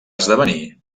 esdevenir